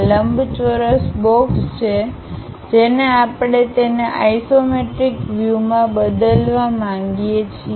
આ લંબચોરસ બોક્સ છે જેને આપણે તેને આઇસોમેટ્રિક વ્યૂ માં બદલવા માંગીએ છીએ